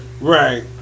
Right